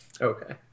Okay